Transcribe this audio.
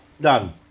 done